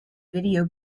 video